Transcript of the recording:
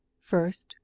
first